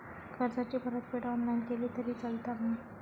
कर्जाची परतफेड ऑनलाइन केली तरी चलता मा?